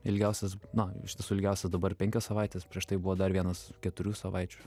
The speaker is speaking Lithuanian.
ilgiausias na iš tiesų ilgiausias dabar penkios savaitės prieš tai buvo dar vienas keturių savaičių